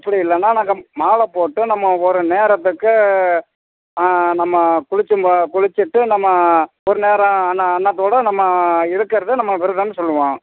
அப்படி இல்லைனா நாங்கள் மாலை போட்டு நம்ம ஒரு நேரத்துக்கு நம்ம குளிச்சும் குளிச்சுட்டு நம்ம ஒரு நேரம் அன்ன அன்னத்தோடய நம்ம இருக்கிறத நம்ம விரதன்னு சொல்லுவோம்